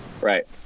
right